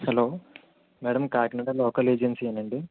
hello madam Kakinada local ఏజెన్సీయేనండి